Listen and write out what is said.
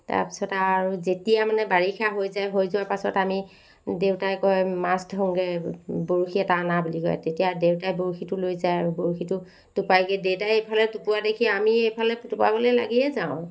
তাৰপিছত আৰু যেতিয়া মানে বাৰিষা হৈ যায় হৈ যোৱা পাছত আমি দেউতাই কয় মাছ ধৰোগৈ বৰশী এটা আনা বুলি কয় তেতিয়া দেউতাই বৰশীটো লৈ যায় আৰু বৰশীটো টোপায়গৈ দেউতাই এইফালে টোপোৱা দেখি আমি এইফালে টোপাবলৈ লাগিয়ে যাওঁ